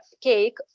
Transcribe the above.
cake